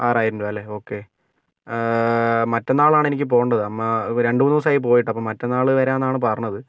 ആറായിരം രൂപ അല്ലേ ഓകെ മറ്റേന്നാൾ ആണ് എനിക്ക് പോകേണ്ടത് അമ്മ രണ്ടുമൂന്നു ദിവസമായി പോയിട്ട് അപ്പം മറ്റന്നാൾ വരാമെന്നാണ് പറഞ്ഞത്